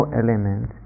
element